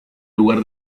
lugar